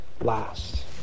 last